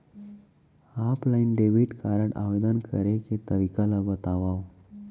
Offline debit card आवेदन करे के तरीका ल बतावव?